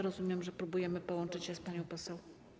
Rozumiem, że próbujemy połączyć się z panią poseł.